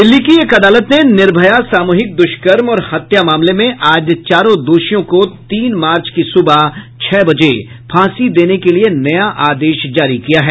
दिल्ली की एक अदालत ने निर्भया सामूहिक द्रष्कर्म और हत्या मामले में आज चारों दोषियों को तीन मार्च की सुबह छह बजे फांसी देने के लिए नया आदेश जारी किया है